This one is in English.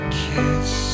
kiss